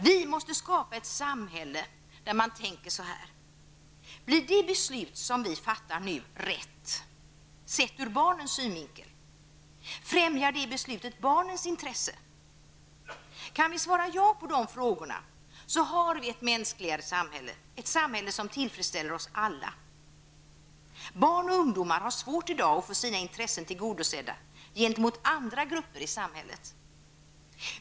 Vi måste skapa ett samhälle där man tänker så här: Blir det beslut som vi fattar nu rätt, sett ur barnens synvinkel? Främjar det beslutet barnens intressen? Kan vi svara ja på de frågorna, har vi ett mänskligare samhälle, ett samhälle som tillfredsställer oss alla. Barn och ungdomar har i dag svårt att få sina intressen tillgodosedda gentemot andra grupper i samhället.